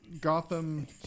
Gotham